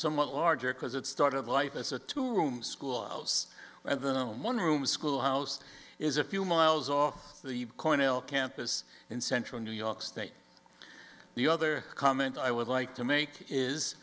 somewhat larger because it started life as a tool room school house where the gnome one room schoolhouse is a few miles off the cornell campus in central new york state the other comment i would like to make is